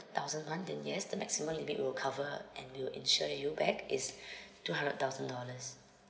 thousand one then yes the maximum limit will cover and we'll ensure you back is two hundred thousand dollars